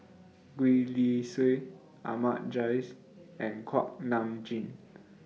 Gwee Li Sui Ahmad Jais and Kuak Nam Jin